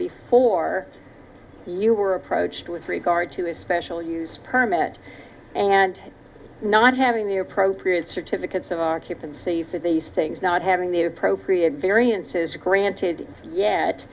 before you were approached with regard to a special use permit and not having the appropriate certificates of our tip and see for these things not having the appropriate variances granted y